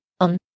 on